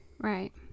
Right